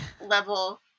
level